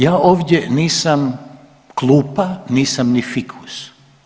Ja ovdje nisam klupa, nisam ni fikus.